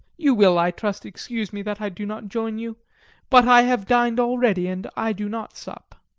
you will, i trust, excuse me that i do not join you but i have dined already, and i do not sup.